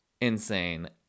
insane